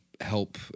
help